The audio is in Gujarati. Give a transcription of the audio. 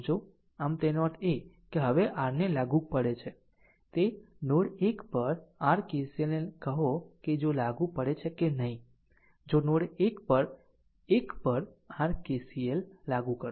આમ તેનો અર્થ એ કે હવે r ને શું લાગુ પડે છે તે નોડ 1 પર R KCL ને કહો કે જો લાગુ પડે છે કે નહીં જો નોડ 1 નોડ 1 પર r KCL લાગુ કરો